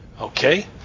Okay